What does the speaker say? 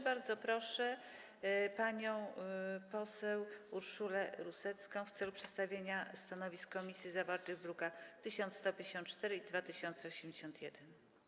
Bardzo proszę panią poseł Urszulę Rusecką w celu przedstawienia stanowisk komisji zawartych w drukach nr 1154 i 2081.